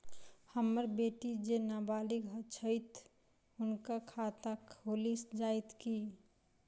हम्मर बेटी जेँ नबालिग छथि हुनक खाता खुलि जाइत की?